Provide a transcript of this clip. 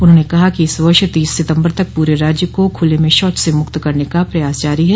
उन्होंने कहा कि इस वर्ष तीस सितम्बर तक पूरे राज्य को खुले में शौच से मुक्त करने का प्रयास जारी है